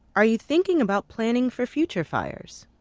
are you thinking about planning for future fires?